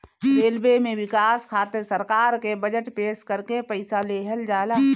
railway में बिकास खातिर सरकार के बजट पेश करके पईसा लेहल जाला